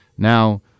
Now